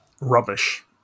Rubbish